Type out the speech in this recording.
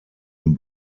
den